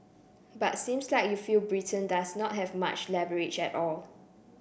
but seems like you feel Britain does not have much leverage at all